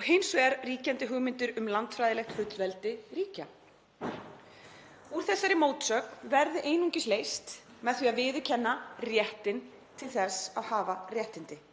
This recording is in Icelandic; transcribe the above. og hins vegar ríkjandi hugmyndir um landfræðilegt fullveldi ríkja. Úr þessari mótsögn verði einungis leyst með því að viðurkenna réttinn til þess að hafa réttindi.